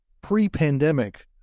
pre-pandemic